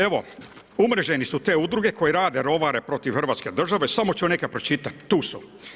Evo, umrežene su te udruge koje rade, rovare protiv hrvatske države, samo ću neka pročitati, tu su.